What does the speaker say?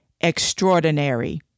extraordinary